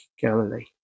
Galilee